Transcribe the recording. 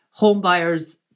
homebuyers